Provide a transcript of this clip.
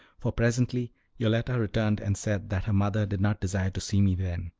for presently yoletta returned and said that her mother did not desire to see me then.